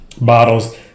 bottles